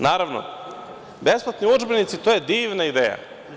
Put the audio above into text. Naravno, besplatni udžbenici – to je divna ideja.